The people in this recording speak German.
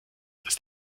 ist